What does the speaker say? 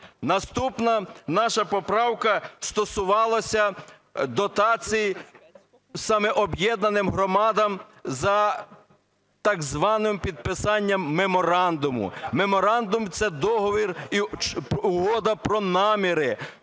Наступна наша поправка стосувалася дотацій саме об'єднаним громадам за так званим підписанням меморандуму. Меморандум – це договір, угода про наміри.